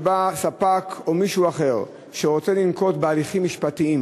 שספק או מישהו אחר שרוצה לנקוט הליכים משפטיים